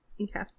Okay